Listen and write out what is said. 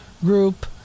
group